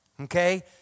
okay